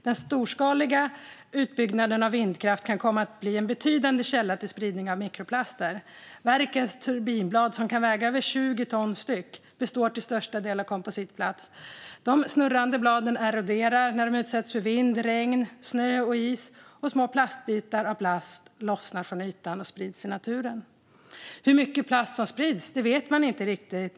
Den storskaliga utbyggnaden av vindkraft kan komma att bli en betydande källa till spridning av mikroplaster. Verkens turbinblad, som kan väga över 20 ton styck, består till största delen av kompositplast. De snurrande bladen eroderar när de utsätts för vind, regn, snö och is, och då lossnar små bitar av plast från ytan och sprids i naturen. Hur mycket plast som sprids vet man inte riktigt.